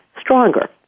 stronger